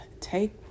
take